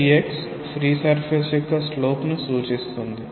dydxఫ్రీ surface యొక్క slope ను సూచిస్తుంది